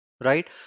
Right